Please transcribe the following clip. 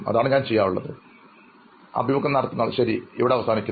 അതാണ് ഞാൻ ചെയ്യാറുള്ളത് അഭിമുഖം നടത്തുന്നയാൾ ശരി ഇവിടെ അവസാനിക്കുന്നു